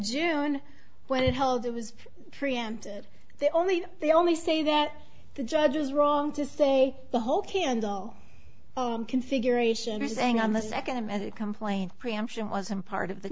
june when it held it was preempted they only they only say that the judge is wrong to say the whole candle own configuration they're saying on the second and complaint preemption wasn't part of the